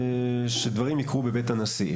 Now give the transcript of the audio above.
שדברים יקרו בבית הנשיא,